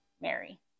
Mary